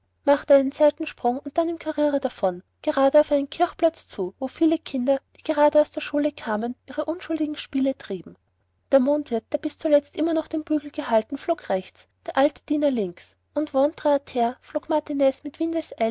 machte einen seitensprung und dann im karriere davon gerade auf einen kirchplatz zu wo viele kinder die gerade aus der schule kamen ihre unschuldigen spiele trieben der mondwirt der bis letzt noch immer den bügel gehalten flog rechts der alte diener links und ventre terre flog martiniz mit